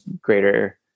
greater